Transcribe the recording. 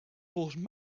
volgens